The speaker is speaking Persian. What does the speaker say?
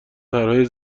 طرحهای